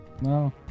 no